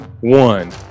one